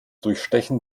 durchstechen